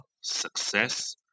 success